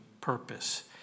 purpose